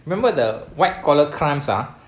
remember the white collar crimes ah